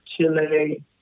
Chile